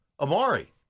Amari